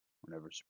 whenever